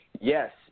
Yes